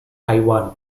taiwan